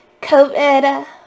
COVID